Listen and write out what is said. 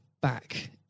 back